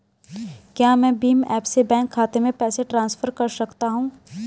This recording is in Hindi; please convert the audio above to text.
क्या मैं भीम ऐप से बैंक खाते में पैसे ट्रांसफर कर सकता हूँ?